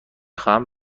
خواهم